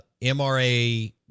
MRA